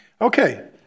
okay